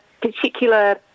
particular